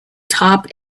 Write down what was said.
top